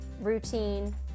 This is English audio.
routine